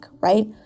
right